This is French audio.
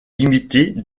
limitée